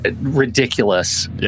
ridiculous